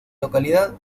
localidad